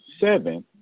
seven